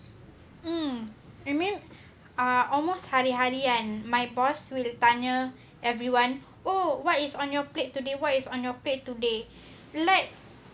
mm I mean ah almost hari-hari kan my boss will tanya everyone oh what is on your plate today what is on your plate today like